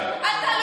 בושה?